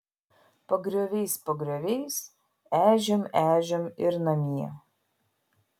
pagrioviais pagrioviais ežiom ežiom ir namie